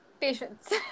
Patience